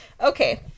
Okay